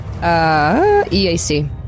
EAC